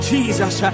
Jesus